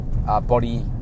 Body